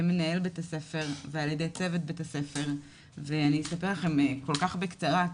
מנהל בית הספר ועל ידי צוות בית הספר ואני אספר לכם כל כך בקצרה,